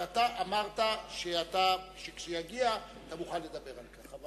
ואתה אמרת שכשיגיע, אתה מוכן לדבר על כך.